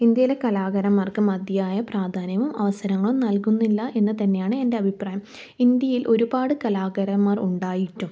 ഇന്ത്യയിലെ കലാകാരന്മാർക്ക് മതിയായ പ്രാധാന്യവും അവസരങ്ങളും നൽകുന്നില്ല എന്ന് തന്നെയാണ് എൻ്റഭിപ്രായം ഇന്ത്യയിൽ ഒരുപാട് കലാകരന്മാർ ഉണ്ടായിട്ടും